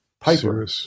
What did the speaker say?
Piper